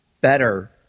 better